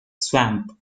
swamp